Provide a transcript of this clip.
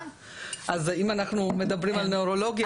אז אם אנחנו מדברים על נוירולוגיה,